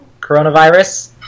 coronavirus